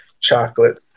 chocolate